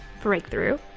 Breakthrough